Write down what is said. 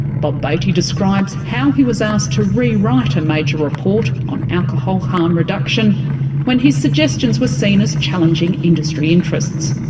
bob batey describes how he was asked to re-write a major report on alcohol harm reduction when his suggestions were seen as challenging industry interests.